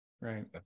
Right